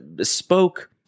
spoke